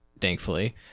thankfully